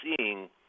seeing